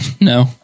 no